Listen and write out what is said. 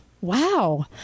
Wow